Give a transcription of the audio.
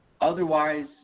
Otherwise